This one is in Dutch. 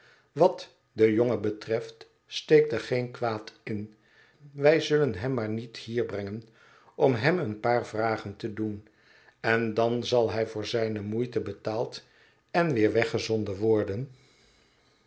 wat den jongen betreft steekt er geen kwaad in wij zullen hem maar hier brengen om hem een paar vragen te doen en dan zal hij voor zijne moeite betaald en weer weggezonden worik